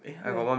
where